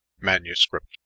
manuscript